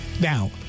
Now